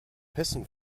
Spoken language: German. hessen